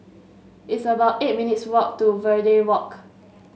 it's about eight minutes' walk to Verde Walk